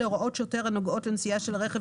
להוראות שוטר הנוגעות לנסיעה של הרכב